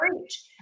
reach